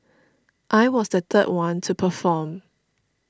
I was the third one to perform